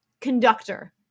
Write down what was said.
conductor